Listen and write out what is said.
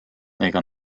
ega